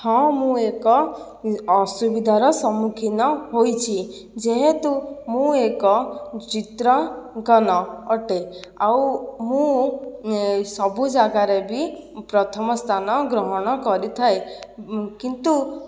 ହଁ ମୁଁ ଏକ ଅସୁବିଧାର ସମ୍ମୁଖୀନ ହୋଇଛି ଯେହେତୁ ମୁଁ ଏକ ଚିତ୍ର ଅଙ୍କନ ଅଟେ ଆଉ ମୁଁ ସବୁ ଜାଗାରେ ବି ପ୍ରଥମ ସ୍ଥାନ ଗ୍ରହଣ କରିଥାଏ କିନ୍ତୁ